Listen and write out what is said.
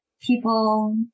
people